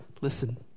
listen